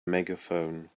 megaphone